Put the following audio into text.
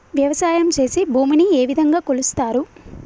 వ్యవసాయం చేసి భూమిని ఏ విధంగా కొలుస్తారు?